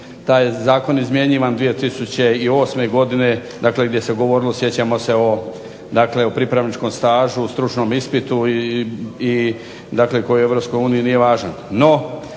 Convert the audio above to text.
Taj je zakon izmjenjivan 2008. godine, dakle gdje se govorilo sjećamo se o dakle o pripravničkom stažu, stručnom ispitu i dakle koji u Europskoj uniji nije važan.